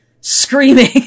screaming